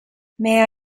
may